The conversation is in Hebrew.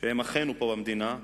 שהם אחינו פה במדינה,